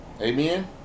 Amen